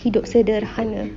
hidup sederhana